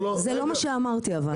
זה לא -- זה לא מה שאמרתי אבל.